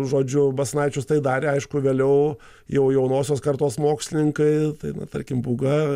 žodžiu basanavičius tai darė aišku vėliau jau jaunosios kartos mokslininkai na tarkim būga